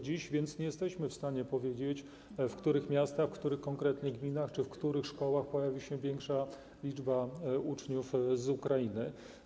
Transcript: Dziś więc nie jesteśmy w stanie powiedzieć, w których miastach, w których konkretnych gminach czy w których szkołach pojawi się większa liczba uczniów z Ukrainy.